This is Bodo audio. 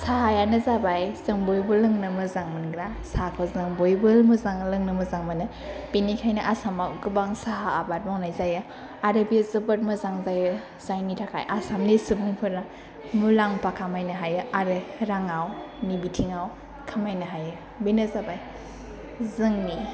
साहायानो जाबाय जों बयबो लोंनो मोजां मोनग्रा साहाखौ जों बयबो मोजां लोंनो मोजां मोनो बिनिखायनो आसामाव गोबां साहा आबाद मावनाय जायो आरो बे जोबोद मोजां जायो जायनि थाखाय आसामनि सुबुंफोरा मुलाम्फा खामायनो हायो आरो राङाव नि बिथिङाव खामायनो हायो बेनो जाबाय जोंनि